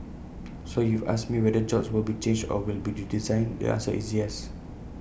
so if ask me whether jobs will be changed or will be redesigned the answer is yes